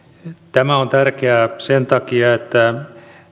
tämä on tärkeää sen takia että